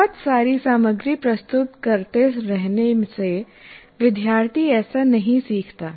बहुत सारी सामग्री प्रस्तुत करते रहने से विद्यार्थी ऐसा नहीं सीखता